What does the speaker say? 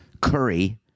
Curry